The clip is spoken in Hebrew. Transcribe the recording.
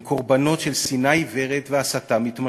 הם קורבנות של שנאה עיוורת והסתה מתמשכת.